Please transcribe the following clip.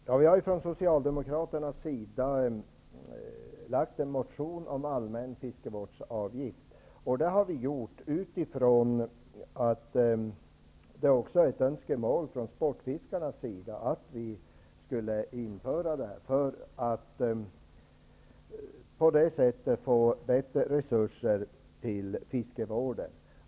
Herr talman! Vi socialdemokrater har väckt en motion om allmän fiskevårdsavgift utifrån att det också är ett önskemål från sportfiskarna att vi skall införa detta för att få bättre resurser till fiskevården.